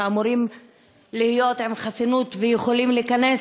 שאמורים להיות עם חסינות ויכולים להיכנס